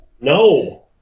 No